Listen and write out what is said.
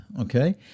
okay